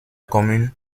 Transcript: commune